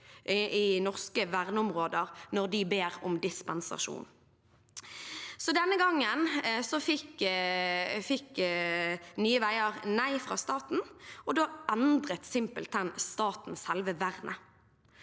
i norske verneområder når de ber om dispensasjon. Denne gangen fikk Nye veier nei fra staten, og da endret simpelthen staten selve vernet.